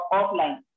offline